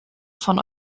von